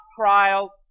trials